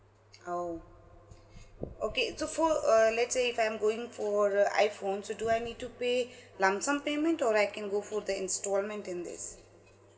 oh okay so for uh let's say if I'm going for the iPhone so do I need to pay lump sum payment or I can go for the instalment in this